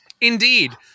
Indeed